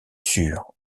sûrs